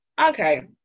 Okay